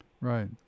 Right